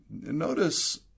Notice